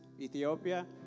Ethiopia